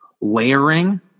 layering